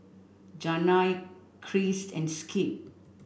Janay Christ and Skip